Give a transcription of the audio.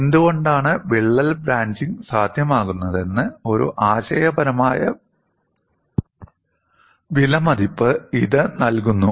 എന്തുകൊണ്ടാണ് വിള്ളൽ ബ്രാഞ്ചിംഗ് സാധ്യമാകുന്നതെന്ന് ഒരു ആശയപരമായ വിലമതിപ്പ് ഇത് നൽകുന്നു